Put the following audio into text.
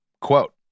Quote